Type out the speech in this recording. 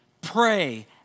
pray